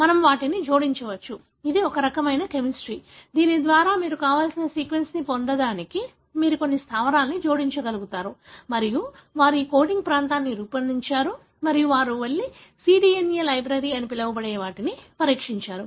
మనము వాటిని జోడించవచ్చు ఇది ఒక రకమైన కెమిస్ట్రీ దీని ద్వారా మీకు కావలసిన సీక్వెన్స్ పొందడానికి మీరు కొన్ని స్థావరాలను జోడించగలుగుతారు మరియు వారు ఈ కోడింగ్ ప్రాంతాన్ని రూపొందించారు మరియు తర్వాత వారు వెళ్లి cDNA లైబ్రరీ అని పిలవబడే వాటిని పరీక్షించారు